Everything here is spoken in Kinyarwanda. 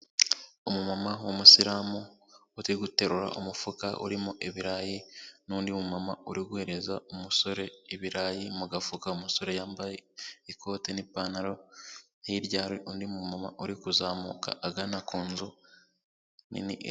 Umumama w'umusiramu uri guterura umufuka urimo ibirayi n'undi mama uri guhereza umusore ibirayi mu gafuka, umusore yambaye ikote n'ipantaro, hirya hari undi uri kuzamuka agana ku nzu nini.